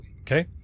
Okay